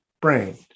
brain